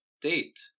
date